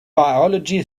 biology